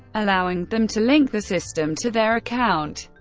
allowing them to link the system to their account,